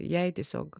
jai tiesiog